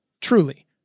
Truly